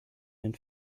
den